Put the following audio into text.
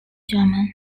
german